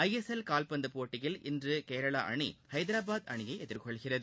ஐ S L கால்பந்து போட்டியில் இன்று கேரளா அனி ஹைதராபாத் அனியை எதிர்கொள்கிறது